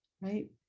right